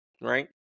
Right